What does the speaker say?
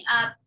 up